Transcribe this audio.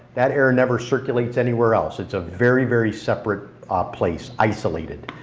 that air never circulates anywhere else. it's a very very separate place, isolated.